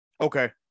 Okay